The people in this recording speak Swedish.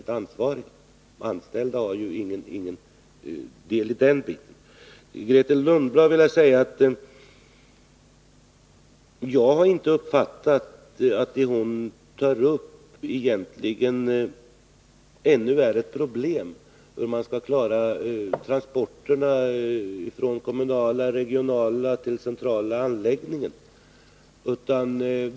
Till Grethe Lundblad vill jag säga: Jag har inte uppfattat att det hon tar upp — hur man skall klara transporterna från kommunerna till regionala stationer och därifrån till en central anläggning — egentligen är något problem ännu.